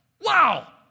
Wow